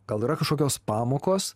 gal yra kažkokios pamokos